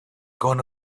gone